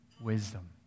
wisdom